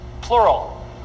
Plural